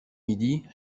midi